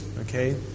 okay